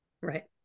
Right